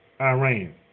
Iran